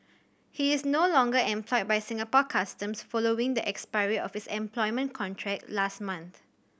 he is no longer employed by Singapore Customs following the expiry of his employment contract last month